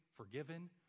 Forgiven